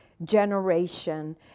generation